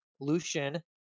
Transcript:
Lucian